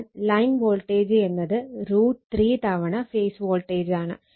അതിനാൽ line voltage എന്നത് √3 തവണ ഫേസ് വോൾട്ടേജാണ്